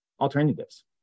alternatives